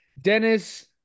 Dennis